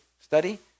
study